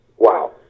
Wow